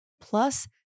Plus